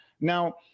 Now